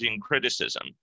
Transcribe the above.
criticism